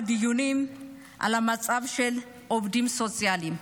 דיונים על המצב של העובדים הסוציאליים.